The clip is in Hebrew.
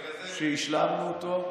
בגלל זה הם, שהשלמנו אותו,